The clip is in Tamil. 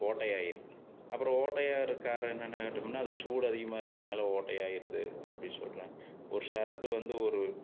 ஓட்டையாகிருது அப்புறம் ஓட்டை ஆகிறக்கு காரணம் என்னென்னு கேட்டமுன்னால் அது சூடு அதிகமாக இருக்கிறதுனால ஓட்டையாகிருது அப்படி சொல்கிறாங்க ஒரு சரட்டு வந்து ஒரு